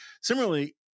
Similarly